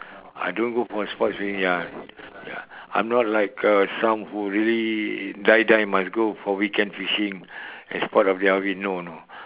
I don't go for sports already ya ya I'm not like a some who really die die must go for weekend fishing as part of their hobby no no